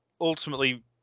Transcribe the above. ultimately